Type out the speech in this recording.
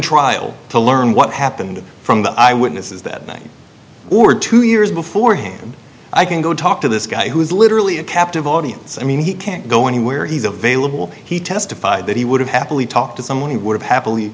trial to learn what happened from the eye witnesses that night or two years beforehand i can go talk to this guy who is literally a captive audience i mean he can't go anywhere he's a vailable he testified that he would have happily talked to someone he would have happily